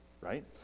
right